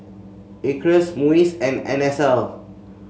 Acres MUIS and N S L